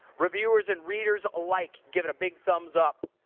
reviewers and readers alike give it a big thumbs up.